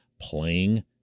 playing